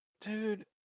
dude